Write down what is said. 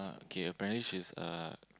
okay apparently she's a